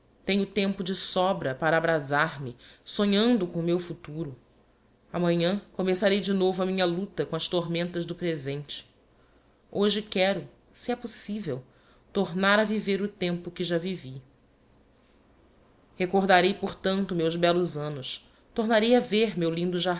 flores tenho tempo de sobra para abrasar me sonhando com o meu futuro amanhã começarei de novo a minha luta com as tormentas do presente hoje quero se é possível tornar a viver o tempo que já vivi recordarei portanto meus bellos annos tornarei a ver meu lindo